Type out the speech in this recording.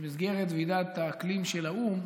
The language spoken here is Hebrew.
במסגרת ועידת האקלים של האו"ם,